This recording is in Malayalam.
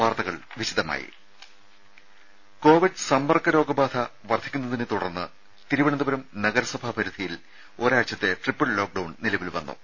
വാർത്തകൾ വിശദമായി കോവിഡ് സമ്പർക്ക രോഗബാധ വർദ്ധിക്കുന്നതിനെത്തുടർന്ന് തിരുവനന്തപുരം നഗരസഭാ പരിധിയിൽ ഒരാഴ്ചത്തെ ട്രിപ്പിൾ ലോക്ഡൌൺ നിലവിൽ വന്നു